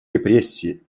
репрессии